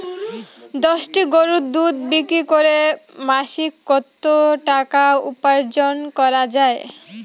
দশটি গরুর দুধ বিক্রি করে মাসিক কত টাকা উপার্জন করা য়ায়?